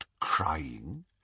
crying